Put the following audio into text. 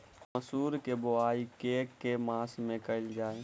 मसूर केँ बोवाई केँ के मास मे कैल जाए?